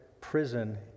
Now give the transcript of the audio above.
prison